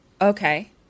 Okay